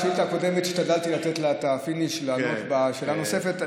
בשאילתה הקודמת השתדלתי לתת לה את הפיניש ולענות בשאלה הנוספת.